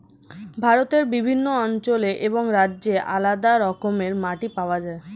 ভারতের বিভিন্ন অঞ্চলে এবং রাজ্যে আলাদা রকমের মাটি পাওয়া যায়